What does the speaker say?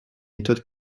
méthode